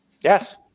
Yes